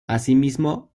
asimismo